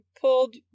pulled